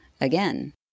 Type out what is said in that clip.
again